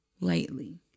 lightly